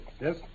Yes